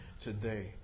today